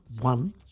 One